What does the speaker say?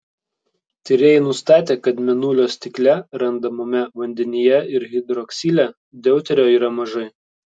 tyrėjai nustatė kad mėnulio stikle randamame vandenyje ir hidroksile deuterio yra mažai